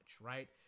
right